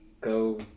go